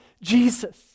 Jesus